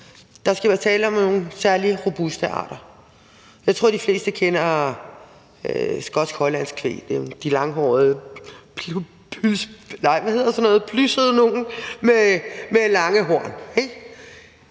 der skal være tale om nogle særlig robuste arter. Jeg tror, de fleste kender skotsk højlandskvæg – det er nogle langhårede plyssede nogle, eller